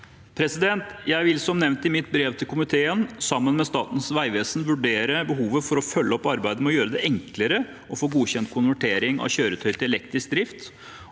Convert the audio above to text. Jeg vil, som nevnt i mitt brev til komiteen, sammen med Statens vegvesen vurdere behovet for å følge opp arbeidet med å gjøre det enklere å få godkjent konvertering av kjøretøy til elektrisk drift